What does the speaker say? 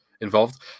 involved